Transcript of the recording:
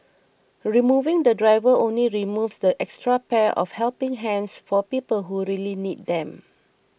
removing the driver only removes that extra pair of helping hands for people who really need them